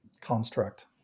construct